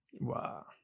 Wow